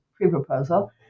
pre-proposal